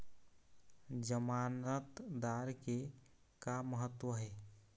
जमानतदार के का महत्व हे?